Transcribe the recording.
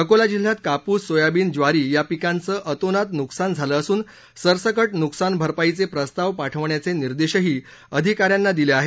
अकोला जिल्ह्यात कापूस सोयाबीन ज्वारी या पिकांचं अतोनात नुकसान झालं असून सरसकट नुकसान भरपाईचे प्रस्ताव पाठविण्याचे निर्देशही अधिकाऱ्यांना देण्यात आले आहेत